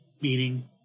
meaning